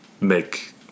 make